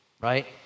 right